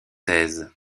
thèse